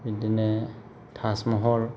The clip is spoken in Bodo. बिदिनो ताजमहल